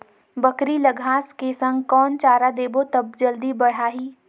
बकरी ल घांस के संग कौन चारा देबो त जल्दी बढाही?